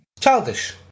Childish